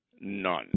None